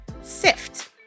sift